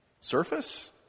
surface